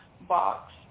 box